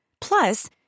Plus